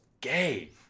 gay